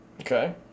Okay